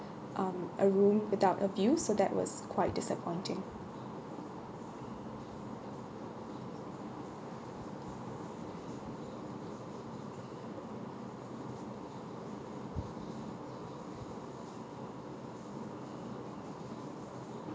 um a room without a view so that was quite disappointing